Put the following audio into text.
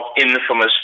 infamous